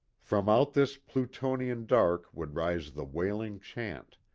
from out this plutonian dark would rise the wailing chant,